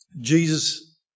Jesus